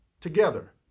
together